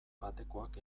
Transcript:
batekoak